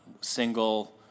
single